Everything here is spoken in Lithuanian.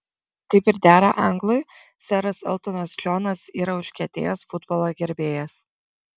kaip ir dera anglui seras eltonas džonas yra užkietėjęs futbolo gerbėjas